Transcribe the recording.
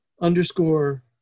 underscore